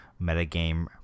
metagame